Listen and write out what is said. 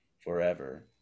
forever